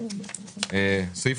סעיף